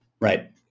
Right